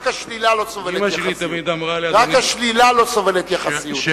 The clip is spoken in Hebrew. רק השלילה לא סובלת יחסיות.